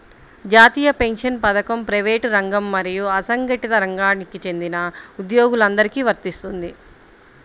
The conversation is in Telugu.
జాతీయ పెన్షన్ పథకం ప్రైవేటు రంగం మరియు అసంఘటిత రంగానికి చెందిన ఉద్యోగులందరికీ వర్తిస్తుంది